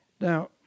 Now